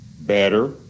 better